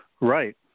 Right